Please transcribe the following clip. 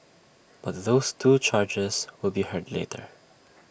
but those two charges will be heard later